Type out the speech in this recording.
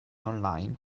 online